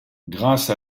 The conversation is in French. grâce